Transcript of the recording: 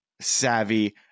savvy